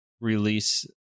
release